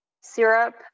syrup